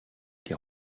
des